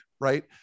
right